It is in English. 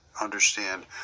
understand